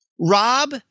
Rob